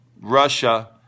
Russia